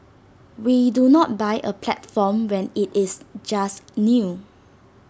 we do not buy A platform when IT is just new